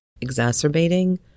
exacerbating